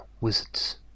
wizards